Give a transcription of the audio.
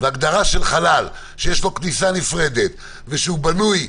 והגדרה של חלל שיש לו כניסה נפרדת ושהוא בנוי,